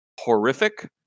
horrific